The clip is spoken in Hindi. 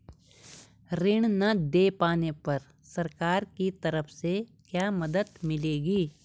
ऋण न दें पाने पर सरकार की तरफ से क्या मदद मिलेगी?